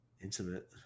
intimate